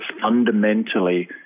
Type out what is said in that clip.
fundamentally